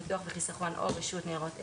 ביטוח וחיסכון או רשות ניירות ערך".